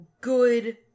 good